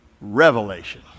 revelation